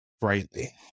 brightly